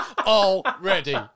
already